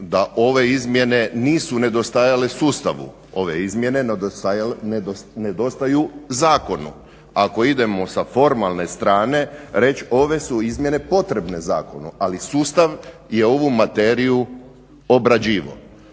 da ove izmjene nisu nedostajale sustavu, ove izmjene nedostaju zakonu. Ako idemo sa formalne strane reć' ove su izmjene potrebne zakonu, ali sustav je ovu materiju obrađivao.